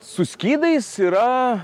su skydais yra